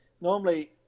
Normally